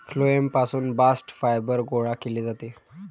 phloem पासून bast fibre गोळा केले जाते